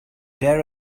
tear